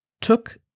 took